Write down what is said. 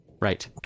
Right